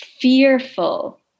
fearful